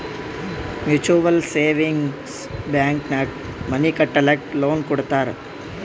mutual savings bank ನಾಗ್ money ಕಟ್ಟಲಕ್ಕ್ loan ಕೊಡ್ತಾರ್